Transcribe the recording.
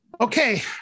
Okay